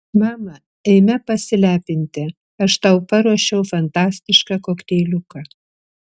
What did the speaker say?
mama eime pasilepinti aš tau paruošiau fantastišką kokteiliuką